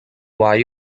why